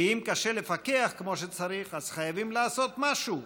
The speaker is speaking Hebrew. כי אם קשה לפקח כמו שצריך, אז חייבים לעשות משהו.